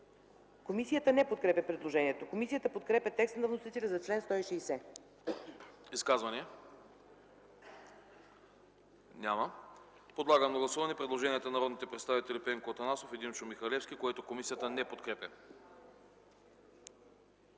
Комисията не подкрепя предложението. Комисията подкрепя текста на вносителя за чл. 160. ПРЕДСЕДАТЕЛ АНАСТАС АНАСТАСОВ: Изказвания? Няма. Подлагам на гласуване предложенията на народните представители Пенко Атанасов и Димчо Михалевски, които комисията не подкрепя.